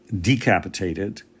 decapitated